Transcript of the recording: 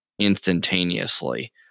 instantaneously